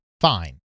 Fine